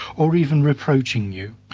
or even reproaching you?